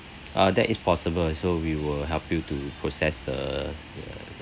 uh that is possible so we will help you to process the the